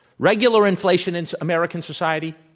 regular inflation in american society?